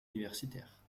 universitaire